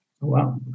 Wow